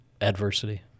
adversity